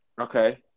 Okay